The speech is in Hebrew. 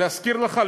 להזכיר לך?